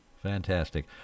Fantastic